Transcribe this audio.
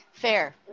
Fair